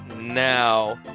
now